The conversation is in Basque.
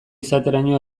izateraino